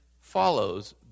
follows